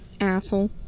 asshole